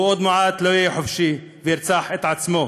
הוא עוד מעט לא יהיה חופשי, וירצח את עצמו.